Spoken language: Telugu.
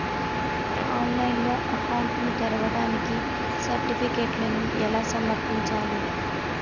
ఆన్లైన్లో అకౌంట్ ని తెరవడానికి సర్టిఫికెట్లను ఎలా సమర్పించాలి?